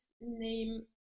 name